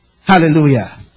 Hallelujah